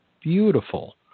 beautiful